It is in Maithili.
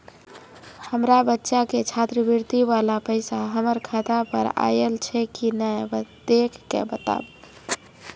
हमार बच्चा के छात्रवृत्ति वाला पैसा हमर खाता पर आयल छै कि नैय देख के बताबू?